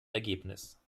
ergebnis